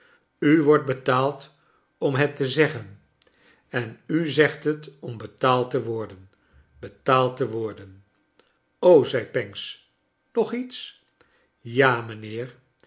u wordt betaald om het te zeggen en u zegt het om betaald te worden betaald te worden zei pancks nog iets ja mijnheer